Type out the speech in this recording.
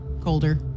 Colder